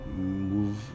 move